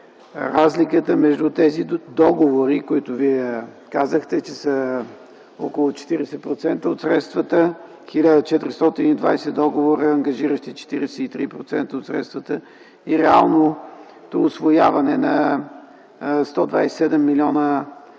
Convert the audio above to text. разликата между тези договори, които Вие казахте, че са около 40% от средствата – 1420 договора, ангажиращи 43% от средствата, и реалното усвояване на 127 млн. или